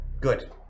Good